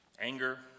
Anger